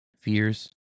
fears